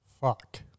fuck